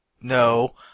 No